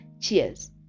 cheers